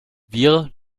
wir